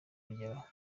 kugeraho